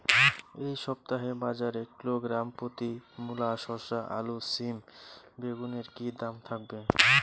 এই সপ্তাহে বাজারে কিলোগ্রাম প্রতি মূলা শসা আলু সিম বেগুনের কী দাম থাকবে?